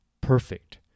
perfect